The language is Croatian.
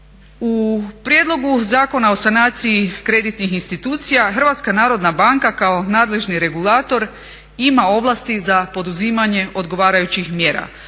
U prijedlogu Zakona o sanaciji kreditnih institucija HNB kao nadležni regulator ima ovlasti za poduzimanje odgovarajućih mjera,